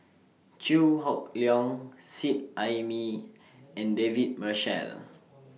Chew Hock Leong Seet Ai Mee and David Marshall